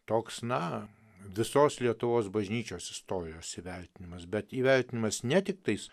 toks na visos lietuvos bažnyčios istorijos įvertinimas bet įvertinimas ne tik tais